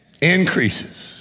increases